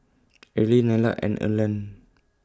Areli Nella and Erland